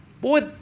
Boy